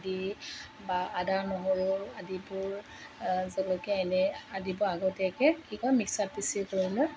দি বা আদা নহৰু আদিবোৰ জলকীয়া এনে আদিবোৰ আগতিয়াকৈ কি কৰোঁ মিক্সাট পিচি কৰি লৈ